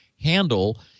handle